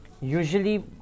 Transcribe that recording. Usually